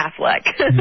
Affleck